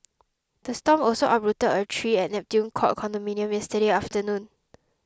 the storm also uprooted a tree at Neptune Court condominium yesterday afternoon